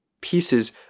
pieces